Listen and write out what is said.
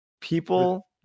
people